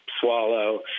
swallow